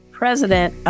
president